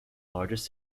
largest